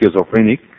schizophrenic